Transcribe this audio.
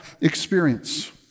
experience